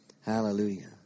Hallelujah